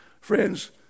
friends